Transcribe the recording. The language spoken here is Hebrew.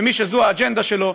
ומי שזו האג'נדה שלו,